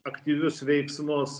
aktyvius veiksmus